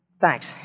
Thanks